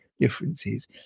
differences